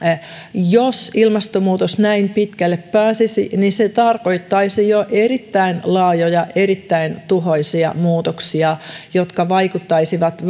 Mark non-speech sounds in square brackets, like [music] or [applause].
jos ilmastonmuutos näin pitkälle pääsisi niin se tarkoittaisi jo erittäin laajoja erittäin tuhoisia muutoksia jotka vaikuttaisivat [unintelligible]